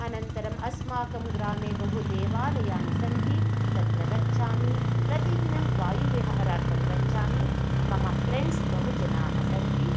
अनन्तरम् अस्माकं ग्रामे बहु देवालयाः सन्ति तत्र गच्छामि प्रतिदिनं वायुविहारार्थं गच्छामि मम फ़्रेण्ड्स् बहुजनाः सन्ति